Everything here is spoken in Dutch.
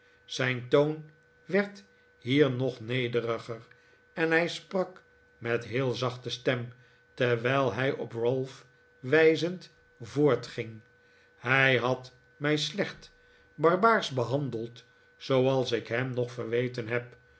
zijn toon werd hier nog nederiger en hij sprak met een heel zachte stem terwijl hij op ralph wijzend voortging hij had mij slecht barbaarsch behandeld zooals ik hem nog verweten heb